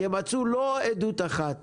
כי הם מצאו לא עדות אחת